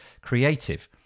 creative